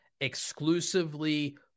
exclusively